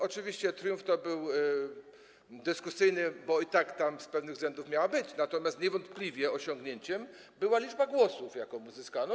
Oczywiście triumf był dyskusyjny, bo i tak z pewnych względów miała tam być, natomiast niewątpliwie osiągnięciem była liczba głosów, jaką uzyskała.